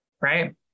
right